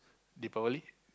Deepavali